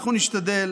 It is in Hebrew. אנחנו נשתדל